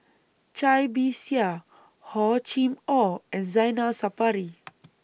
Cai Bixia Hor Chim Or and Zainal Sapari